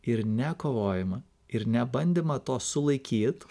ir ne kovojimą ir ne bandymą to sulaikyt